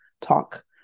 talk